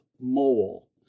Mole